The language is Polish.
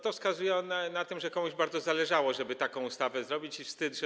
To wskazuje, że komuś bardzo zależało, żeby taką ustawę zrobić, i wstyd, że